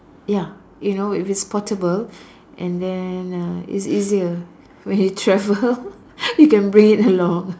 ya you know if it's portable and then uh it's easier when you travel you can bring it along